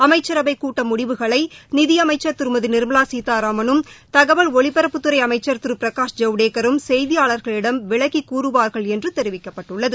அமைச்சரவைக் கூட்டமுடிவுகளைநிதிஅமைச்சர் திருமதிநிர்மலாசீதாராமனும் தகவல் ஒலிபரப்புத்துறைஅமைச்சர் திருபிரகாஷ் ஜவடேக்கரும் செய்தியாளர்களிடம் விளக்கிக் கூறுவார்கள் என்றுதெரிவிக்கப்பட்டுள்ளது